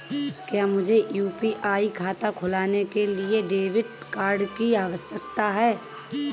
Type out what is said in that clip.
क्या मुझे यू.पी.आई खाता खोलने के लिए डेबिट कार्ड की आवश्यकता है?